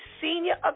senior